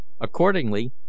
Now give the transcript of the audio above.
Accordingly